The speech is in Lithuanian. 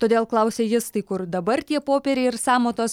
todėl klausia jis tai kur dabar tie popieriai ir sąmatos